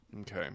Okay